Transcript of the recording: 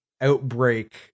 outbreak